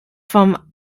vom